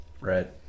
right